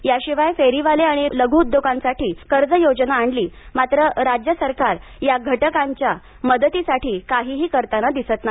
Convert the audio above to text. याशिवाय फेरीवाले आणि लघ् उद्योगांसाठी कर्ज योजना आणली मात्र राज्य सरकार या घटकांच्या मदतीसाठी काहीही करताना दिसत नाही